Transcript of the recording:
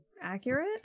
Accurate